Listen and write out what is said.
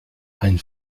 ein